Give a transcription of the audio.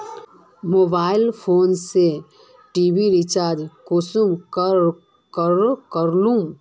Mobile phone से TV recharge कुंसम करे करूम?